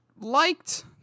liked